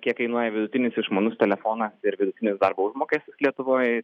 kiek kainuoja vidutinis išmanus telefonas ir vidutinis darbo užmokestis lietuvoj